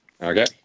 Okay